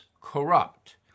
corrupt